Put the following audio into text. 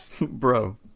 bro